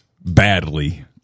badly